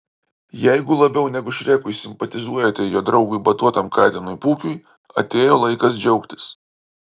jeigu labiau negu šrekui simpatizuojate jo draugui batuotam katinui pūkiui atėjo laikas džiaugtis